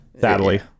sadly